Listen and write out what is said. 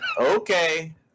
Okay